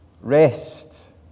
rest